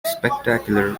spectacular